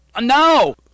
No